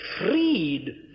freed